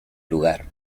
lugar